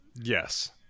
Yes